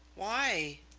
why?